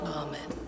amen